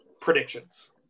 predictions